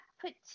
put